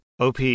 OP